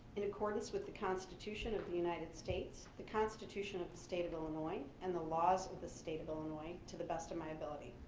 in accordance with the constitution of the united states, the constitution of of illinois, and the laws of the state of illinois to the best of my ability.